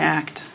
act